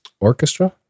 orchestra